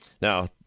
Now